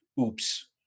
oops